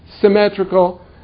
symmetrical